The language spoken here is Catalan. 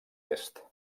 est